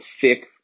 thick